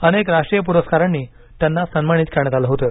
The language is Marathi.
अनेक राष्ट्रीय पुरस्कारांनी त्यांना सन्मानित करण्यात आलं होतं